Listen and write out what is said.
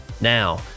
Now